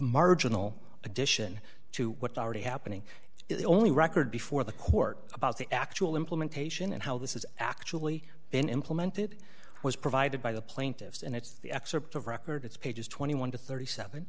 marginal addition to what's already happening the only record before the court about the actual implementation and how this is actually been implemented was provided by the plaintiffs and it's the excerpt of record it's pages twenty one to thirty seven